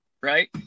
right